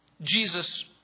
Jesus